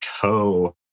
co